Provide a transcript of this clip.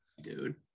dude